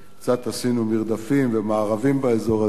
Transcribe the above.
וקצת עשינו מרדפים ומארבים באזור הזה,